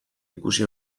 ikusi